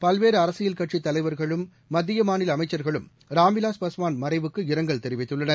பல்வேறு அரசியல் கட்சி தலைவர்களும் மத்திய மாநில அமைச்சர்களும் ராம்விலாஸ் பஸ்வான் மறைவுக்கு இரங்கல் தெரிவித்துள்ளனர்